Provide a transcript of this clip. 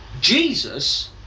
Jesus